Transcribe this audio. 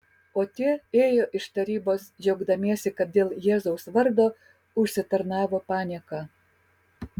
o tie ėjo iš tarybos džiaugdamiesi kad dėl jėzaus vardo užsitarnavo panieką